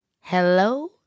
Hello